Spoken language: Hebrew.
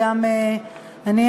וגם אני,